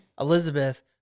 Elizabeth